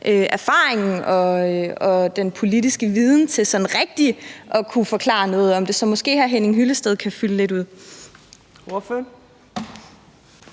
erfaringen og den politiske viden til sådan rigtig at kunne forklare noget om det. Så måske hr. Henning Hyllested kan fylde lidt ud.